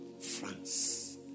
France